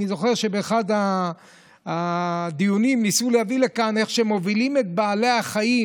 אני זוכר שבאחד הדיונים ניסו להביא לכאן איך מובילים את בעלי החיים.